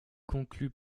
conclut